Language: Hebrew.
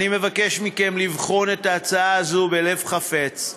אני מבקש מכם לבחון את ההצעה הזו בלב חפץ.